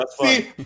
See